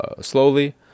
slowly